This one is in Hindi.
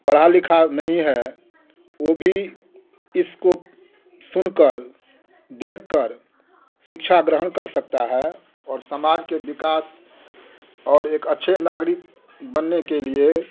पढ़ा लिखा नहीं है वो भी इसको सुन कर देख कर शिक्षा ग्रहण कर सकता है और समाज के विकास और एक अच्छे नागरिक बनने के लिए